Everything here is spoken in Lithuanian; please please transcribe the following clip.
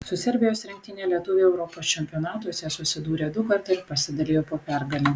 su serbijos rinktine lietuviai europos čempionatuose susidūrė dukart ir pasidalijo po pergalę